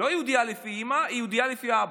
היא לא יהודייה לפי האימא, היא יהודייה לפי האבא.